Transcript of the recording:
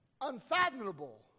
unfathomable